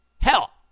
Hell